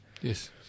Yes